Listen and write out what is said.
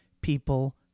people